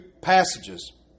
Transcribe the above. passages